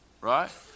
right